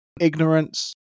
ignorance